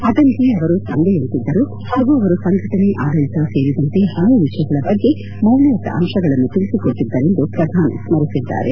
ಅಟಲ್ಜೀ ಅವರು ತಂದೆಯಂತಿದ್ದರು ಹಾಗೂ ಅವರು ಸಂಘಟನೆ ಆಡಳಿತ ಸೇರಿದಂತೆ ಹಲವು ವಿಷಯಗಳ ಬಗ್ಗೆ ಮೌಲ್ಡಯುತ ಅಂಶಗಳನ್ನು ತಿಳಿಸಿಕೊಟ್ಟದ್ದರು ಎಂದು ಪ್ರಧಾನಿ ಸ್ಲಿಸಿದ್ದಾರೆ